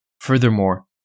Furthermore